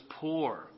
poor